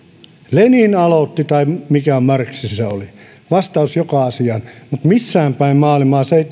lenin aloitti tai mikä marx se oli vastaus joka asiaan mutta missään päin maailmaa se ei